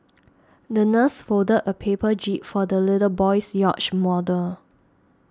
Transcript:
the nurse folded a paper jib for the little boy's yacht model